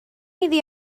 iddi